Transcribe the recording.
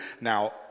Now